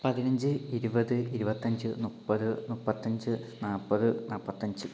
പതിനഞ്ച് ഇരുപത് ഇരുപത്തഞ്ച് മുപ്പത് മുപ്പത്തഞ്ച് നാൽപ്പത് നാൽപ്പത്തഞ്ച്